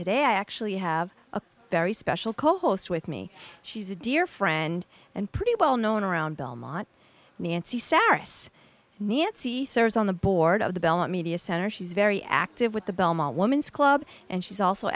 today i actually have a very special co host with me she's a dear friend and pretty well known around belmont nancy satirists nancy serves on the board of the belmont media center she's very active with the belmont woman's club and she's also